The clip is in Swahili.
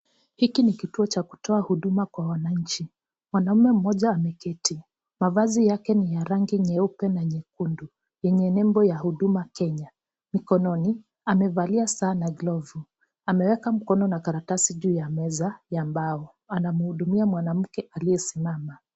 Hiki ni kituo cha kutoa huduma kwa wananchi . Mwanaume mmoja ameketi , mavazi yake ni ya rangi nyeupe na nyekundu yenye nembo ya Huduma Kenya. Mkononi amevalia saa na glovu ameweka mkono na karatasi juu ya meza ya mbao . Anamhudumia mwanamke aliyesimama.